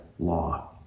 Law